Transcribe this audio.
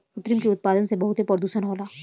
कृत्रिम के उत्पादन से बहुत प्रदुषण होला